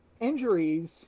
injuries